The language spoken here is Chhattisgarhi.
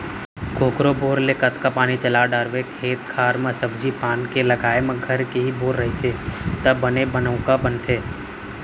कोकरो बोर ले कतका पानी चला डारवे खेत खार म सब्जी पान के लगाए म घर के ही बोर रहिथे त बने बनउका बनथे